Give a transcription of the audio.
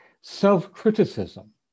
Self-criticism